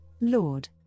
Lord